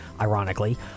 ironically